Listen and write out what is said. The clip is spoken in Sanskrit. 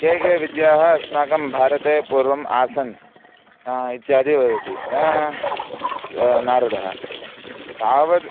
काः काः विद्याः अस्माकं भारते पूर्वम् आसन् इत्यादीन् वदति नारदः सः तावद्